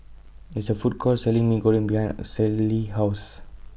There IS A Food Court Selling Mee Goreng behind Caylee's House